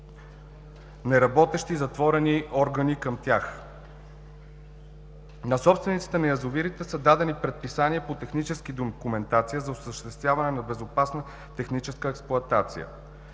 неработещи и затворени органи към тях. На собствениците на язовирите се дадени предписания по техническата документация за осъществяване на безопасна техническа експлоатация.